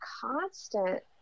constant